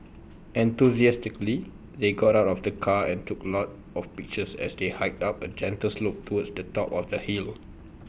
enthusiastically they got out of the car and took A lot of pictures as they hiked up A gentle slope towards the top of the hill